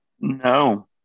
No